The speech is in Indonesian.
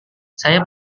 saya